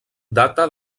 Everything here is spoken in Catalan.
data